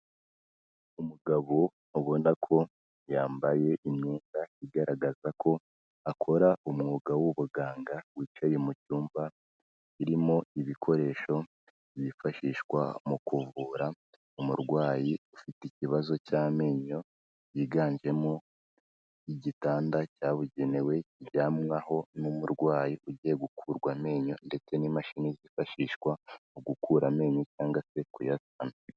Umugabo abona ko yambaye imyenda igaragaza ko akora umwuga w'ubuganga wicaye mu cyumba kirimo ibikoresho byifashishwa mu kuvura umurwayi ufite ikibazo cy'amenyo, yiganjemo igitanda cyabugenewe kiryamwaho n'umurwayi ugiye gukurwa amenyo ndetse n'imashini zifashishwa mu gukura amenyo cyangwa se kuyaka.